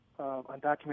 undocumented